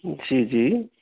ਜੀ ਜੀ